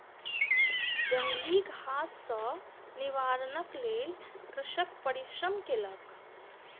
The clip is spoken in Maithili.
जंगली घास सॅ निवारणक लेल कृषक परिश्रम केलक